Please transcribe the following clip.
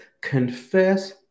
confess